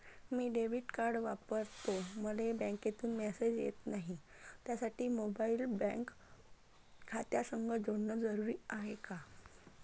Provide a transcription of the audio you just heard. मी debit card वापरतो मले बँकेतून मॅसेज येत नाही, त्यासाठी मोबाईल बँक खात्यासंग जोडनं जरुरी हाय का?